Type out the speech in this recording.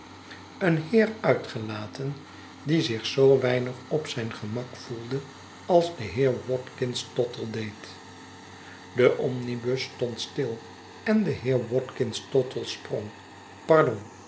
een heer uitgelaten die zich zoo weinig op zijn gemak voelde als de heer watkins tottle deed de omnibus stond stil en de heer watkins tottle sprong pardon